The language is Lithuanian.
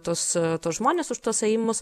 tuos tuos žmones už tuos ėjimus